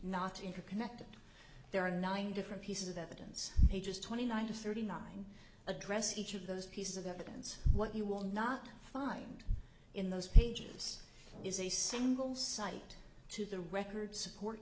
not interconnected there are nine different pieces of evidence pages twenty nine to thirty nine address each of those pieces of evidence what you will not find in those pages is a single cite to the record support